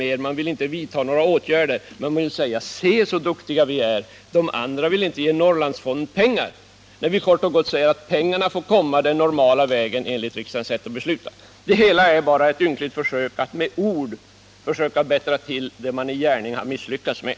Men man vill inte vidta några åtgärder, utan vill bara kunna säga: Se så duktiga vi är! De andra vill inte ge Norrlandsfonden pengar. Detta är fel, eftersom vi kort och gott säger att pengarna får komma den normala vägen enligt riksdagens sätt att besluta. Det hela är bara ett ynkligt försök att med ord bättra på det som man i gärning har misslyckats med.